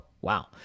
wow